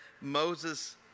Moses